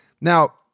Now